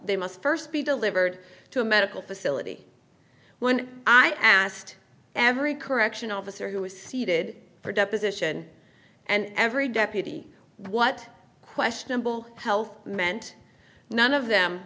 they must st be delivered to a medical facility when i asked every correctional officer who was seated for deposition and every deputy what questionable health meant none of them